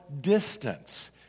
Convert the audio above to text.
distance